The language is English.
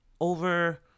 over